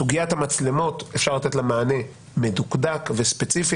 סוגיית המצלמות, אפשר לתת לה מענה מדוקדק וספציפי.